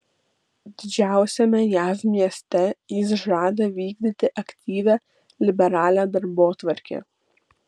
didžiausiame jav mieste jis žada vykdyti aktyvią liberalią darbotvarkę